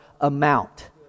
amount